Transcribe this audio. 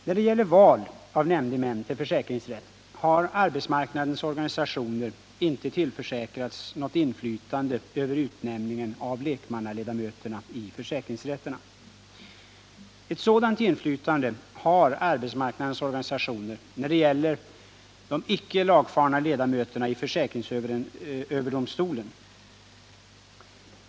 När det gäller val av nämndemän till försäkringsrätt har arbetsmarknadens organisationer inte tillförsäkrats något inflytande över utnämningen av lekmannaledamöterna i försäkringsrätterna. Ett sådant inflytande har arbetsmarknadens organisationer när det gäller de icke lagfarna ledamöterna i försäkringsöverdomstolen.